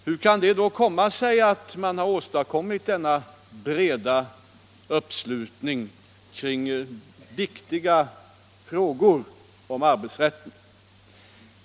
Hur kan det då komma sig att man har lyckats åstadkomma denna breda uppslutning kring viktiga frågor om arbetsrätten?